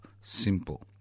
Simple